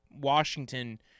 Washington –